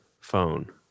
phone